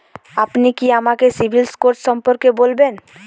আপনি কি আমাকে সিবিল স্কোর সম্পর্কে বলবেন?